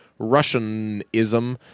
Russianism